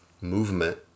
movement